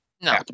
no